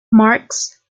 marks